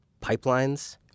pipelines